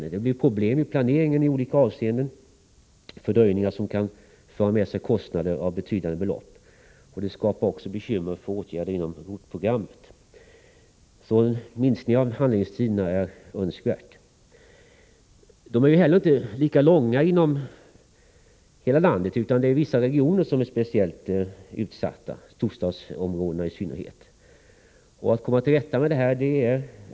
Det leder till problem med planeringen i olika avseenden, fördröjningar som kan föra med sig kostnader till betydande belopp. Det skapar också bekymmer när man skall vidta åtgärder inom ROT-programmet. En minskning av handläggningstiderna är därför önskvärd. Handläggningstiderna är heller inte lika långa inom hela landet, utan det är vissa regioner som är speciellt utsatta — storstadsområdena i synnerhet. Det är angeläget att komma till rätta med detta.